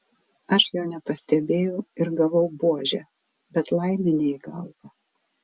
aš jo nepastebėjau ir gavau buože bet laimė ne į galvą